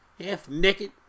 Half-naked